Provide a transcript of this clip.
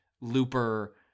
Looper